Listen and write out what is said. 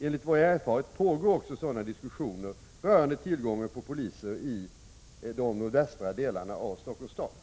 Enligt vad jag har erfarit pågår också sådana diskussioner rörande tillgången på poliser i de nordvästra delarna av Stockholms stad.